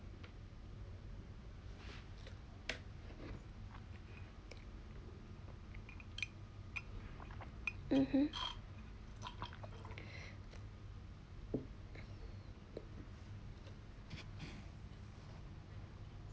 mmhmm